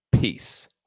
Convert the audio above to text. Peace